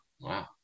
Wow